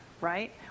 right